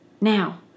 Now